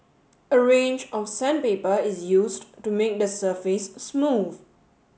a range of sandpaper is used to make the surface smooth